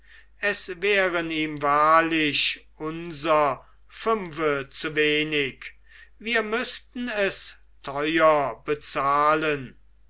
es wären ihm wahrlich unser fünfe zu wenig wir müßten es teuer bezahlen